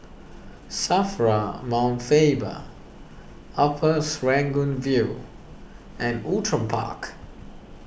Safra Mount Faber Upper Serangoon View and Outram Park